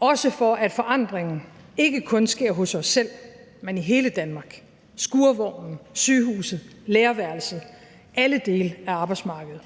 også til, at forandringen ikke kun sker hos os selv, men i hele Danmark: i skurvognen, på sygehuset, i lærerværelset, i alle dele af arbejdsmarkedet.